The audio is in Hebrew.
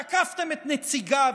תקפתם את נציגיו,